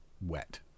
wet